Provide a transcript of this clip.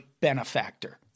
benefactor